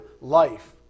life